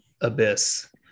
abyss